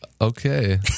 Okay